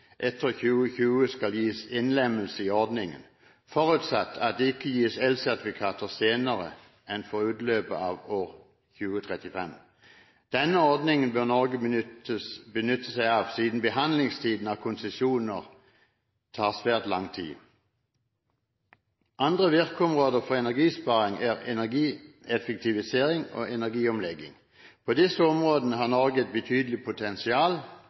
etter 2020, skal gis innlemmelse i ordningen, forutsatt at det ikke gis elsertifikater senere enn for utløpet av år 2035. Denne ordningen bør Norge benytte seg av, siden behandlingen av konsesjoner tar svært lang tid. Andre virkeområder for energisparing er energieffektivisering og energiomlegging. På disse områdene har Norge et betydelig potensial,